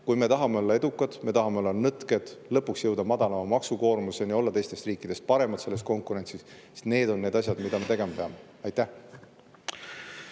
Kui me tahame olla edukad, me tahame olla nõtked, lõpuks jõuda madalama maksukoormuseni ja olla teistest riikidest paremad konkurentsis, siis need on need asjad, mida me tegema peame. Aitäh,